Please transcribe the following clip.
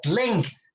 length